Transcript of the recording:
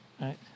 right